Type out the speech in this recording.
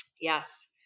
Yes